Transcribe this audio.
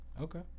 Okay